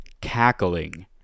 cackling